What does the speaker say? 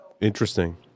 Interesting